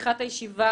בפתיחת הישיבה,